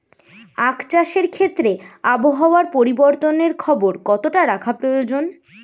আখ চাষের ক্ষেত্রে আবহাওয়ার পরিবর্তনের খবর কতটা রাখা প্রয়োজন?